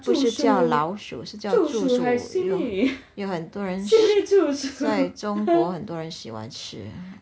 不是叫老鼠是叫竹鼠有有很多人在中国很多人喜欢吃